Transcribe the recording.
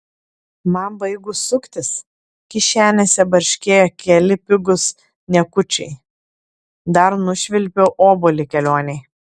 man baigus suktis kišenėse barškėjo keli pigūs niekučiai dar nušvilpiau obuolį kelionei